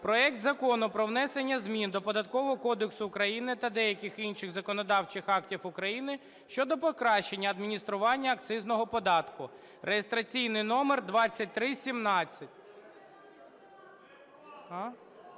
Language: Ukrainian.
проекту Закону про внесення змін до Податкового кодексу України та деяких інших законодавчих актів України (щодо покращення адміністрування акцизного податку) (реєстраційний номер 2317).